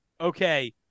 Okay